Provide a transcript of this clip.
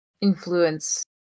influence